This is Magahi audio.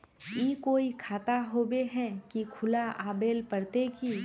ई कोई खाता होबे है की खुला आबेल पड़ते की?